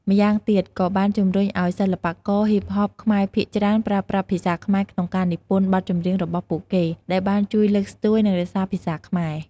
ម្យ៉ាងទៀត ក៏បានជំរុញអោយ សិល្បករ ហ៊ីបហប ខ្មែរភាគច្រើនប្រើប្រាស់ភាសាខ្មែរក្នុងការនិពន្ធបទចម្រៀងរបស់ពួកគេ ដែលបានជួយលើកស្ទួយ និងរក្សាភាសាខ្មែរ។